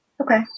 Okay